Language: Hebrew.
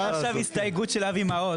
יש עכשיו הסתייגות של אבי מעוז.